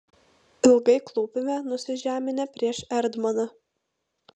ilgai klūpime nusižeminę prieš erdmaną